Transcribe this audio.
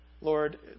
Lord